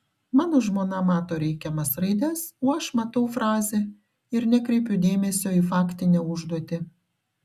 mano žmona mato reikiamas raides o aš matau frazę ir nekreipiu dėmesio į faktinę užduotį